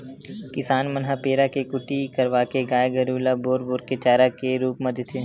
किसान मन ह पेरा के कुटी करवाके गाय गरु ल बोर बोर के चारा के रुप म देथे